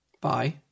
Bye